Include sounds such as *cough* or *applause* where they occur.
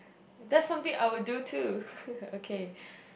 that's something I would do too *noise* okay